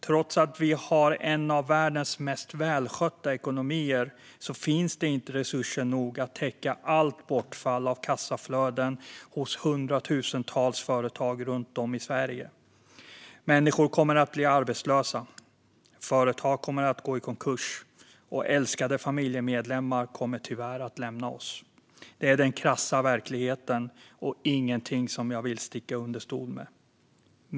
Trots att vi har en av världens mest välskötta ekonomier finns det inte resurser nog att täcka allt bortfall av kassaflöden hos hundratusentals företag runt om i Sverige. Människor kommer att bli arbetslösa. Företag kommer att gå i konkurs. Och älskade familjemedlemmar kommer tyvärr att lämna oss. Det är den krassa verkligheten och ingenting som jag vill sticka under stol med.